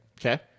Okay